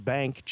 Bank